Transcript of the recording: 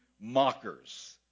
mockers